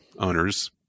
owners